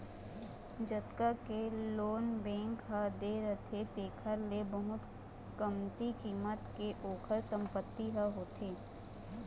जतका के loan bank ह दे रहिथे तेखर ले बहुत कमती कीमत के ओखर संपत्ति ह होथे